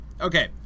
okay